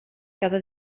cada